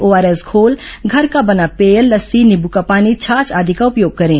ORS घोल घर का बना पेय लस्सी नींबू का पानी छाछ आदि का उपयोग करें